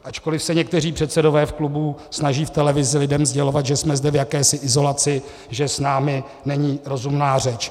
Ačkoliv se někteří předsedové klubů snaží v televizi lidem sdělovat, že jsme zde v jakési izolaci, že s námi není rozumná řeč.